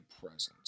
presence